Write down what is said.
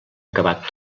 acabat